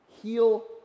Heal